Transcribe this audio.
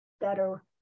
better